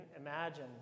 imagine